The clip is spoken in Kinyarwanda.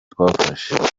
twafashe